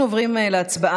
אנחנו עוברים להצבעה.